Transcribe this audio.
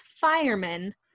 firemen